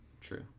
true